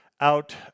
out